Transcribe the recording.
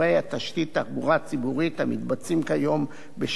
הציבורית המתבצעים כיום בשורה של יישובים ערביים.